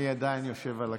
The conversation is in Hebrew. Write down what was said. אני עדיין יושב על הכיסא,